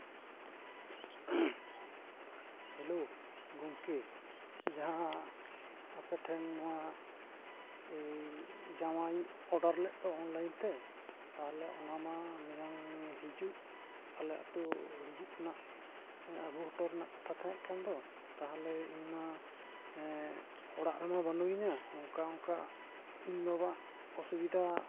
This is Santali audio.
ᱦᱮᱞᱳ ᱜᱚᱢᱠᱮ ᱡᱟᱦᱟᱸ ᱟᱯᱮ ᱴᱷᱮᱱ ᱱᱚᱣᱟ ᱡᱟᱢᱟᱧ ᱚᱰᱟᱨ ᱞᱮᱫ ᱫᱚ ᱚᱱᱞᱟᱭᱤᱱ ᱛᱮ ᱛᱟᱦᱚᱞᱮ ᱚᱱᱟᱢᱟ ᱢᱮᱭᱟᱝ ᱦᱤᱡᱩᱜ ᱟᱞᱮ ᱟᱛᱳ ᱦᱤᱡᱩᱜ ᱨᱮᱱᱟᱜ ᱟᱹᱜᱩ ᱦᱚᱴᱚ ᱨᱮᱱᱟᱜ ᱠᱟᱛᱷᱟ ᱛᱟᱦᱮᱸ ᱠᱟᱱᱫᱚ ᱛᱟᱦᱚᱞᱮ ᱤᱧᱢᱟ ᱚᱲᱟᱜ ᱨᱮᱢᱟ ᱵᱟᱹᱱᱩᱭᱤᱧᱟ ᱱᱚᱝᱠᱟ ᱚᱝᱠᱟ ᱤᱧ ᱵᱟᱵᱟ ᱚᱥᱩᱵᱤᱫᱟ